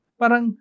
parang